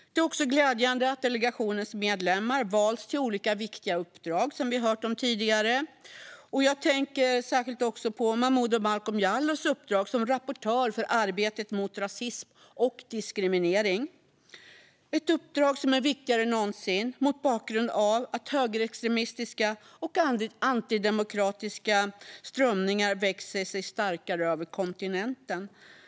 Det är också glädjande att delegationens medlemmar har valts till olika viktiga uppdrag, som vi har hört om tidigare. Jag tänker särskilt på Momodou Malcolm Jallows uppdrag som rapportör i arbetet mot rasism och diskriminering. Det är ett uppdrag som är viktigare än någonsin mot bakgrund av att högerextremistiska och antidemokratiska strömningar växer sig starkare över kontinenten.